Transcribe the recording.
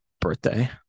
birthday